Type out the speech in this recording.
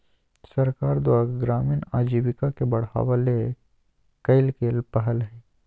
सरकार द्वारा ग्रामीण आजीविका के बढ़ावा ले कइल गेल पहल हइ